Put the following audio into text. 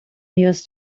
meals